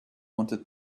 wanted